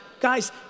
guys